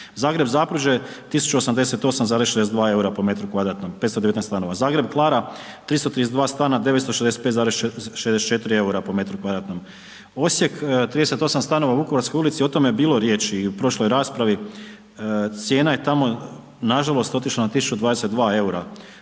Zagreb Zapruđe 1.088,62 EUR-a po m2, 519 stanova. Zagreb Klara 332 stana, 965,64 EUR-a po m2. Osijek 38 stanova u Vukovarskoj ulici o tome je bilo riječi i u prošloj raspravi, cijena je tamo nažalost otišla na 1.022 EUR-a.